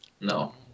no